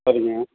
சரிங்க